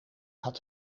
had